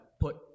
put